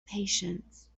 patience